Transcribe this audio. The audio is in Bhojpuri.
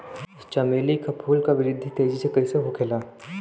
चमेली क फूल क वृद्धि तेजी से कईसे होखेला?